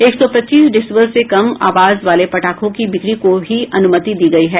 एक सौ पच्चीस डेसीबल से कम आवाज वाले पटाखों की बिक्री को ही अनुमति दी गयी है